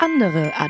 andere